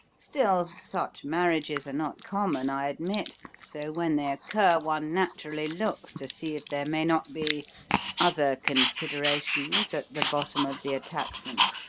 still, such marriages are not common, i admit, so when they occur one naturally looks to see if there may not be other considerations at the bottom of the attachment.